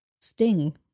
Sting